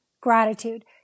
gratitude